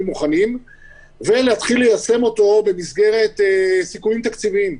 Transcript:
מוכנים ולהתחיל ליישם אותו במסגרת סיכויים תקציביים.